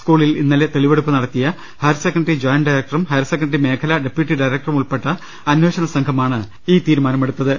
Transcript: സ്കൂളിൽ ഇന്നലെ തെളിവെടുപ്പ് നടത്തിയ ഹയർ സെക്കണ്ടറി ജോയന്റ് ഡയറക്ടറും ഹയർ സെക്കണ്ടറി മേഖലാ ഡെപ്യൂട്ടി ഡ്യറക്ടറും ഉൾപ്പെട്ട അന്വേഷണ സംഘമാണ് ഈ തീരുമാനമെടു ത്തത്